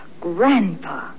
Grandpa